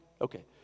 Okay